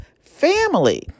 family